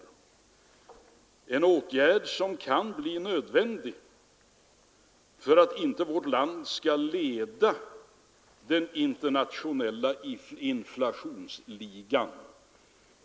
Och det är en åtgärd som kan bli nödvändig för att inte vårt land skall komma att leda den internationella inflationsligan.